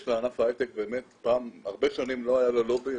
יש לענף ההייטק באמת הרבה שנים לא היה לו לובי,